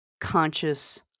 conscious